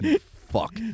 Fuck